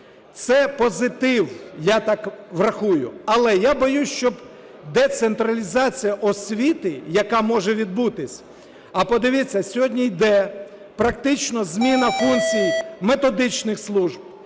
це позитив, я так рахую. Але боюсь, щоб децентралізація освіти, яка може відбутись… А подивіться, сьогодні йде практично зміна функцій методичних служб,